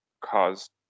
caused